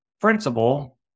principal